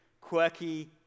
quirky